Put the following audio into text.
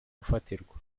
gufatirwa